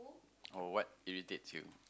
or what irritates you